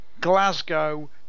Glasgow